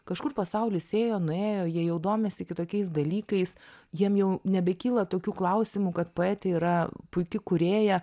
kažkur pasaulis ėjo nuėjo jie jau domisi kitokiais dalykais jiem jau nebekyla tokių klausimų kad poetė yra puiki kūrėja